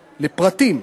לפרטים,